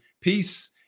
peace